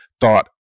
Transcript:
thought